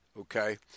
okay